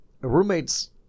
roommates